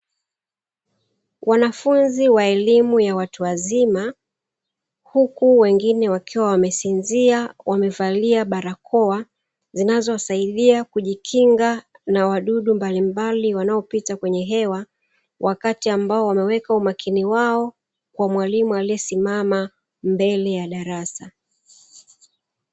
Wanafunzi wa elimu ya watu wazima, huku wengine wakiwa wamesinzia; wamevalia barakoa zinazowasaidia kujikinga na wadudu mbalimbali wanaopita kwenye hewa wakati ambao wameweka umakini wao kwa mwalimu aliyesimama mbele ya darasa.